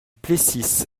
plessis